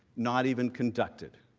not even conducted.